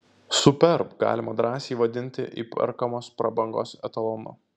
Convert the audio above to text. superb galima drąsiai vadinti įperkamos prabangos etalonu